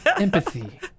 Empathy